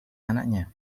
anaknya